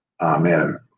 Amen